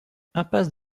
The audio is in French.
impasse